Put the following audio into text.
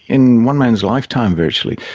in one man's lifetime virtually.